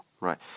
right